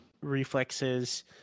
reflexes